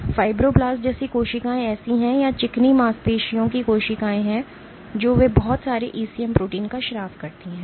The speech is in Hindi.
तो फ़ाइब्रोब्लास्ट जैसी कोशिकाएं ऐसी हैं या चिकनी मांसपेशियों की कोशिकाएं हैं जो वे बहुत सारे ईसीएम प्रोटीन का स्राव करती हैं